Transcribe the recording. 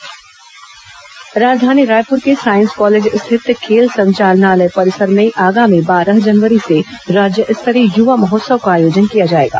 युवा महोत्सव राजधानी रायपुर के साईंस कॉलेज स्थित खेल संचालनालय परिसर में आगामी बारह जनवरी से राज्य स्तरीय युवा महोत्सव का आयोजन किया जाएगा